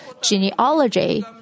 genealogy